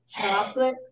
chocolate